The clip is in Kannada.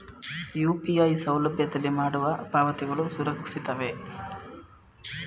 ಯು.ಪಿ.ಐ ಸೌಲಭ್ಯದಲ್ಲಿ ಮಾಡುವ ಪಾವತಿಗಳು ಸುರಕ್ಷಿತವೇ?